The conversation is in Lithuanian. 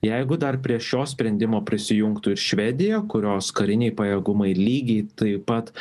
jeigu dar prie šio sprendimo prisijungtų ir švedija kurios kariniai pajėgumai lygiai taip pat